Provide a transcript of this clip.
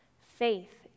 Faith